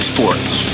Sports